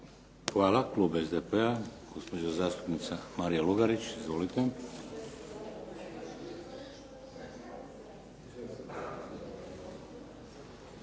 Hvala. Klub SDP-a, gospođa zastupnica Marija Lugarić. Izvolite.